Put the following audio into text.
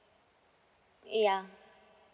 ya